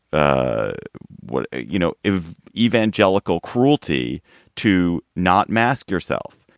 ah what? you know, if evangelical cruelty to not mask yourself,